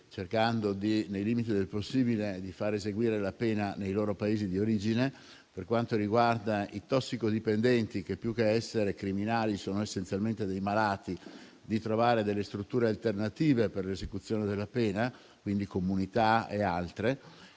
cercando, nei limiti del possibile, di far loro scontare la pena nei Paesi di origine; per quanto riguarda i tossicodipendenti, che più che essere criminali sono essenzialmente dei malati, di trovare delle strutture alternative per l'esecuzione della pena, quindi comunità e altro;